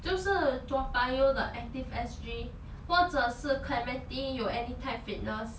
就是 toa payoh 的 active S_G 或者是:huo shi clementi 有 anytime fitness